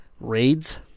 raids